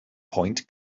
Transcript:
point